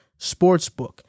Sportsbook